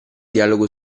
dialogo